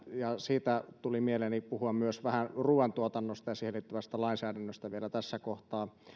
siitä tuli mieleeni puhua myös vähän ruuantuotannosta ja siihen liittyvästä lainsäädännöstä vielä tässä kohtaa